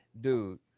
dude